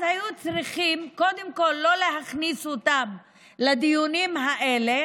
אז היו צריכים קודם כול לא להכניס אותם לדיונים האלה,